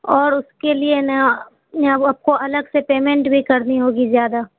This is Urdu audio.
اور اس کے لیے نا آپ کو الگ سے پیمنٹ بھی کرنی ہوگی زیادہ